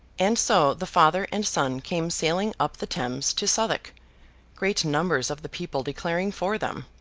and so the father and son came sailing up the thames to southwark great numbers of the people declaring for them,